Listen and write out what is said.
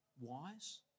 wise